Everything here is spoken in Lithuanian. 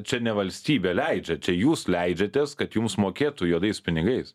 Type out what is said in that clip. čia ne valstybė leidžia čia jūs leidžiatės kad jums mokėtų juodais pinigais